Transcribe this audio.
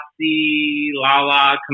Lala